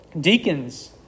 deacons